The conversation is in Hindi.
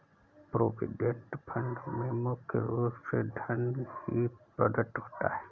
प्रोविडेंट फंड में मुख्य रूप से धन ही प्रदत्त होता है